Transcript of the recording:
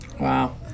Wow